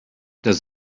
does